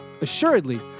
assuredly